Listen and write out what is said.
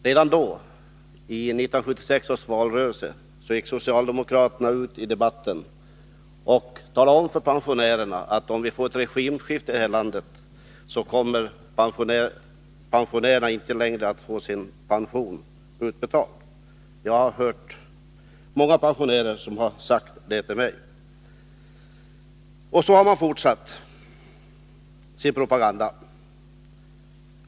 Redan i 1976 års valrörelse gick socialdemokraterna ut i debatten och talade om för pensionärerna, att om vi får ett regimskifte kommer pensionärerna inte längre att få sin pension utbetalad; många pensionärer har sagt det till mig. Så har man fortsatt sin propaganda.